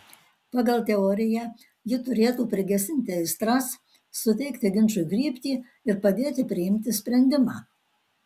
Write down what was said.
pagal teoriją ji turėtų prigesinti aistras suteikti ginčui kryptį ir padėti priimti sprendimą